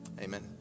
Amen